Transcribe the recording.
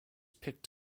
picked